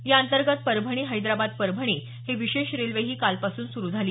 याअंतर्गत परभणी हैदराबाद परभणी ही विशेष रेल्वेही कालपासून सुरु झाली